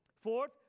Fourth